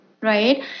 right